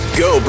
go